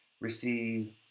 receive